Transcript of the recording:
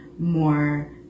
more